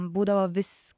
būdavo vis